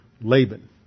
Laban